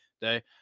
day